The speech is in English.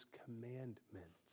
commandments